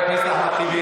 תודה רבה.